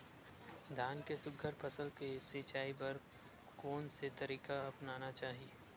धान के सुघ्घर फसल के सिचाई बर कोन से तरीका अपनाना चाहि?